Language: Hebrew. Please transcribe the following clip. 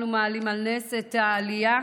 אנו מעלים על נס את העלייה,